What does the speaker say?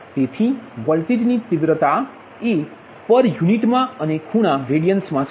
Qi k1nViVkYiksinik ik તેથી વોલ્ટેજની તીવ્રતા એ પર યુનિટ મા અને ખૂણા રેડિયન્સમાં છે